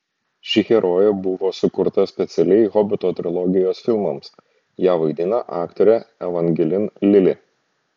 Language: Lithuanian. ši herojė buvo sukurta specialiai hobito trilogijos filmams ją vaidina aktorė evangelin lili